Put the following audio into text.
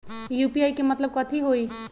UPI के मतलब कथी होई?